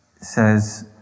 says